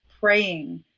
praying